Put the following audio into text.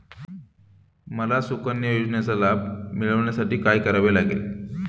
मला सुकन्या योजनेचा लाभ मिळवण्यासाठी काय करावे लागेल?